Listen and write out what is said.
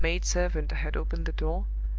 when the maid-servant had opened the door,